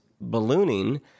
ballooning